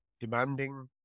demanding